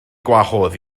gwahodd